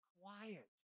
quiet